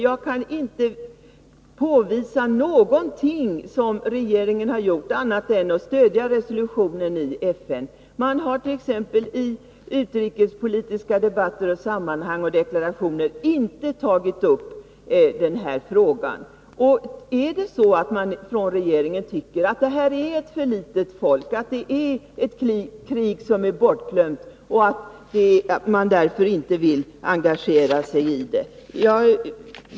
Jag kan inte påvisa att regeringen har gjort något annat än att stödja resolutionen i FN. Man har t.ex. i utrikespolitiska debatter, i deklarationer och sådana sammanhang inte tagit upp den här frågan. Är det så att regeringen tycker att det här är ett för litet folk, att det är ett krig som är bortglömt och att man därför inte vill engagera sig i det?